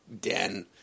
den